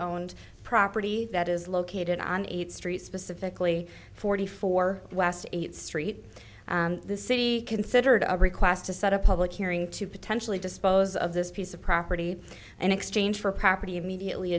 owned property that is located on eighth street specifically forty four west street the city considered a request to set up a public hearing to potentially dispose of this piece of property in exchange for property immediately